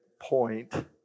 point